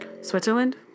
Switzerland